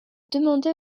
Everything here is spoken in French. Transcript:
demandé